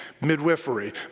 midwifery